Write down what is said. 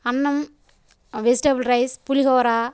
అన్నం vegetable rice పులిహోర